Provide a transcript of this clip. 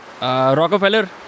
Rockefeller